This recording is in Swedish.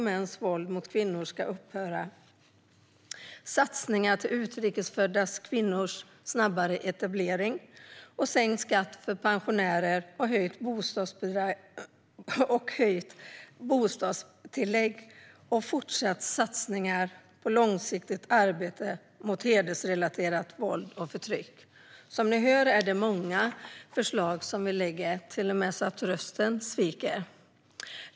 Mäns våld mot kvinnor ska upphöra. Det är satsningar på en snabbare etablering för utrikesfödda kvinnor. Det är sänkt skatt för pensionärer och höjt bostadstillägg. Det är fortsatta satsningar på långsiktigt arbete mot hedersrelaterat våld och förtryck. Som ni hör är det många förslag som vi lägger fram - det är till och med så att rösten sviker.